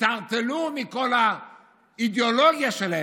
התערטלו מכל האידיאולוגיה שלהם.